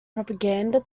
propaganda